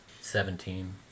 Seventeen